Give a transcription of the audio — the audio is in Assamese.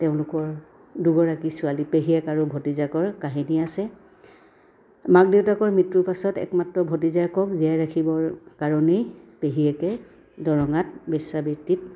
তেওঁলোকৰ দুগৰাকী ছোৱালী পেহীয়েক আৰু ভতিজাকৰ কাহিনী আছে মাক দেউতাকৰ মৃত্যুৰ পাছত একমাত্ৰ ভতিজাকক জীয়াই ৰাখিবৰ কাৰণেই পেহীয়েকে দৰঙাত বেশ্যা বৃত্তিত